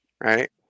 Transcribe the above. Right